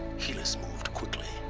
helis moved quickly